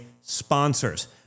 sponsors